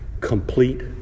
complete